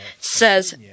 says